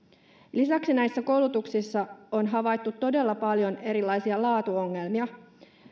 lisäksi näissä koulutuksissa on havaittu todella paljon erilaisia laatuongelmia